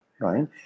right